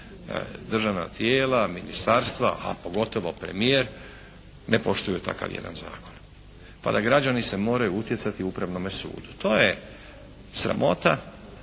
državna tijela, ministarstva a pogotovo premijer, ne poštuju takav jedan zakon. Pa da građani se moraju utjecati Upravnome sudu. To je sramota